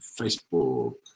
Facebook